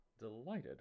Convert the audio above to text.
delighted